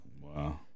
Wow